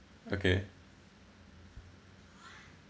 okay